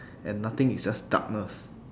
and nothing is just darkness